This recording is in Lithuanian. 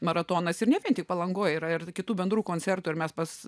maratonas ir ne vien tik palangoje yra ir kitų bendrų koncertų ir mes pas